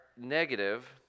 negative